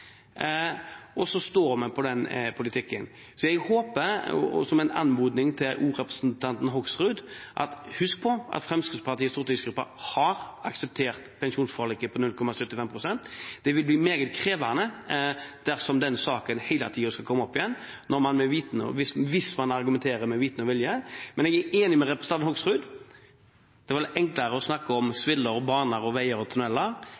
og så står vi på den politikken. Husk på – det er en anmodning også til representanten Hoksrud – at Fremskrittspartiets stortingsgruppe har akseptert pensjonsforliket på 0,75 pst. Det vil bli meget krevende dersom denne saken hele tiden skal komme opp igjen, hvis man argumenterer med vitende og vilje. Men jeg er enig med representanten Hoksrud: Det er vel enklere å snakke om sviller, baner, veier og tuneller.